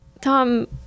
Tom